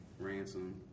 Ransom